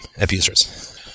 abusers